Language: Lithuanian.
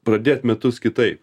pradėt metus kitaip